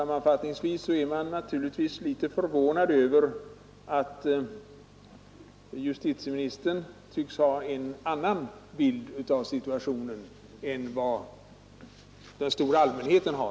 Man blir onekligen förvånad över att justitieministern tycks ha en annan bild av hela situationen än vad den stora allmänheten har.